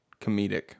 comedic